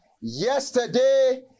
yesterday